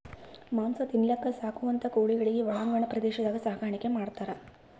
ಮಾಂಸ ತಿನಲಕ್ಕ್ ಸಾಕುವಂಥಾ ಕೋಳಿಗೊಳಿಗ್ ಒಳಾಂಗಣ ಪ್ರದೇಶದಾಗ್ ಸಾಕಾಣಿಕೆ ಮಾಡ್ತಾರ್